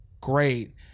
Great